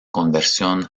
conversión